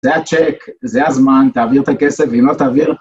זה הצ'ק, זה הזמן, תעביר את הכסף, אם לא תעביר...